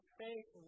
faith